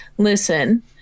Listen